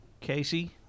Casey